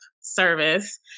service